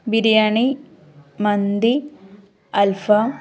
ബിരിയാണി മന്തി അൽഫാം